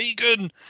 vegan